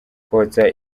kotsa